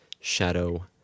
Shadow